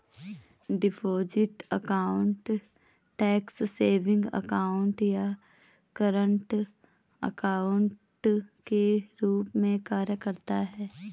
deposit account tax savings account या current account के रूप में कार्य करता है